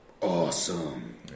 awesome